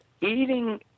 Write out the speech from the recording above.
Eating